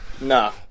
Nah